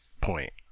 point